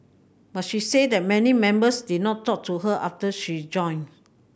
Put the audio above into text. but she said that many members did not talk to her after she joined